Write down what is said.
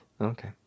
Okay